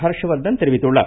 ஹர்ஷவர்த்தன் தெரிவித்துள்ளார்